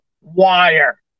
wire